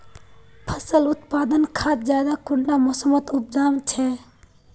फसल उत्पादन खाद ज्यादा कुंडा मोसमोत उपजाम छै?